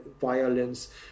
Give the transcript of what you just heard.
violence